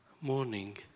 morning